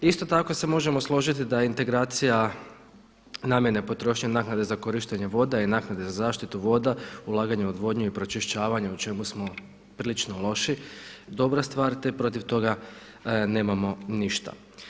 Isto tako se možemo složiti da je integracija namjene potrošnje naknade za korištenje voda i naknade za zaštitu voda, ulaganje u odvodnju i pročišćavanje, u čemu smo prilično loši, dobra stvar te protiv toga nemamo ništa.